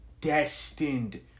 destined